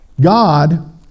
God